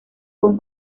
con